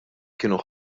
kienu